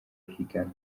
higanwa